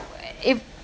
if